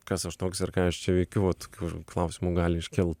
kas aš toks ir ką aš čia veikiu va tokių klausimų gali iškilt